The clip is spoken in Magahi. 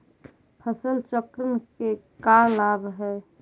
फसल चक्रण के का लाभ हई?